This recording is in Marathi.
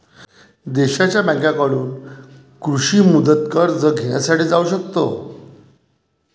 देशांच्या बँकांकडून कृषी मुदत कर्ज घेण्यासाठी जाऊ शकतो